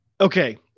Okay